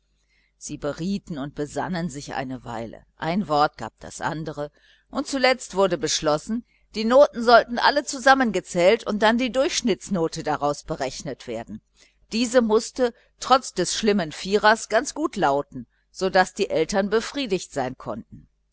sie berieten und besannen sich eine weile ein wort gab das andere und zuletzt wurde beschlossen die noten sollten alle zusammengezählt und dann die durchschnittsnote daraus berechnet werden diese mußte trotz des fatalen vierers ganz gut lauten so daß die eltern wohl befriedigt sein konnten